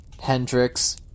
Hendrix